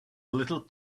little